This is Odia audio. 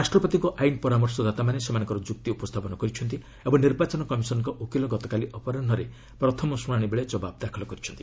ରାଷ୍ଟ୍ରପତିଙ୍କ ଆଇନ୍ ପରାମର୍ଶଦାତାମାନେ ସେମାନଙ୍କ ଯୁକ୍ତି ଉପସ୍ଥାପନ କରିଛନ୍ତି ଏବଂ ନିର୍ବାଚନ କମିଶନ୍ଙ୍କ ଓକିଲ ଗତକାଲି ଅପରାହୁରେ ପ୍ରଥମ ଶୁଣାଣି ବେଳେ ଜବାବ ଦାଖଲ କରିଛନ୍ତି